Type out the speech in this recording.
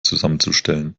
zusammenzustellen